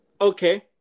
okay